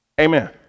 Amen